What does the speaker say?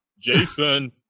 Jason